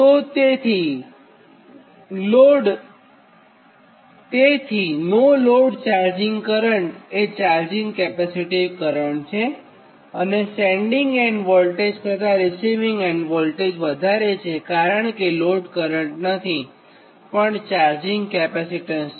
તો તેથી નો લોડ ચાર્જિંગ કરંટ એ ચાર્જિંગ કેપેસિટીવ કરંટ છે અને સેન્ડીંગ એન્ડ વોલ્ટેજ કરતાં રીસિવીંગ એન્ડ વોલ્ટેજ વધારે છે કારણ કે લોડ કરંટ નથીપણ ચાર્જિંગ કેપેસિટન્સ છે